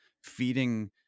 feeding